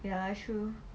ya true